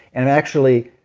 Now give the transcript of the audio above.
and actually,